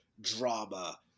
drama